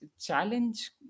challenge